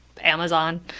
Amazon